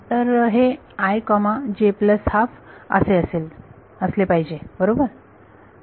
तर हे असे असले पाहिजे बरोबर